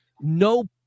no